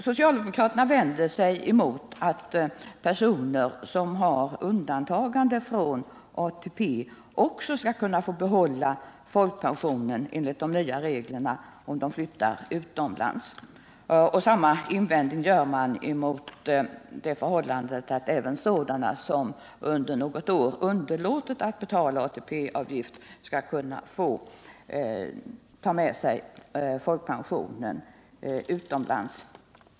Socialdemokraterna vänder sig mot att också personer som flyttar utomlands och som har undantagande från ATP enligt de nya reglerna skall kunna få behålla folkpensionen. Man vänder sig också emot att de som under något år underlåtit att betala ATP-avgift skall kunna få behålla folkpensionen sedan de flyttat utomlands.